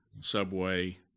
Subway